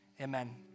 Amen